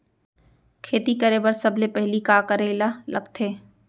खेती करे बर सबले पहिली का करे ला लगथे?